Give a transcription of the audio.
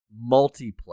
multiplayer